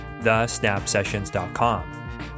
thesnapsessions.com